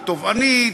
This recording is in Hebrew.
היא תובענית,